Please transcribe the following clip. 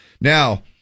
now